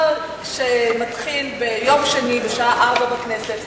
שמתחיל ביום שני בשעה 16:00 בכנסת,